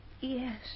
Yes